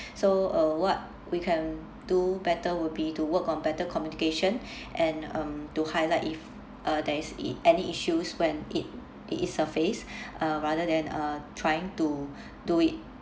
so uh what we can do better would be to work on better communication and um to highlight if uh there is any issues when it it is surface uh rather than uh trying to do it